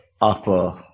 offer